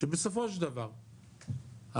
שבסופו של דבר המבקש,